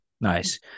Nice